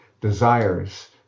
desires